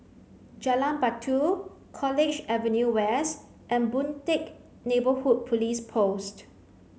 Jalan Batu College Avenue West and Boon Teck Neighbourhood Police Post